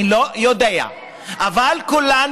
אני לא יודע, אבל כולנו,